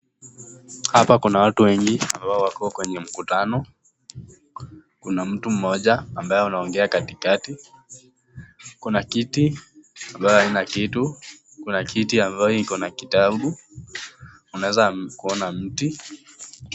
Hapa kuna watu wengi ambao wako kwenye mkutano. Kuna mtu mmoja ambaye anaongea katikati. Kuna kiti ambayo haina kitu, kuna kiti ambayo iko na kitabu, unaweza kuona mti.